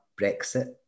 Brexit